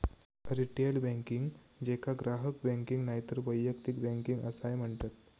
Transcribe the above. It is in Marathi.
रिटेल बँकिंग, जेका ग्राहक बँकिंग नायतर वैयक्तिक बँकिंग असाय म्हणतत